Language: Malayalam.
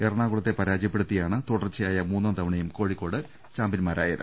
എറണാകുളത്തെ പരാജയപ്പെടുത്തിയാണ് തുടർച്ചയായ മൂന്നാം തവണയും കോഴിക്കോട് ചാമ്പ്യൻമാരായത്